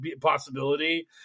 possibility